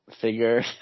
figure